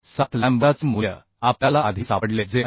7 लॅम्बडाचे मूल्य आपल्याला आधी सापडले जे 80